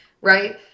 right